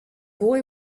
boy